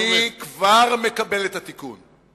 אני כבר מקבל את התיקון.